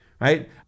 right